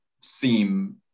seem